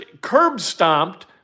curb-stomped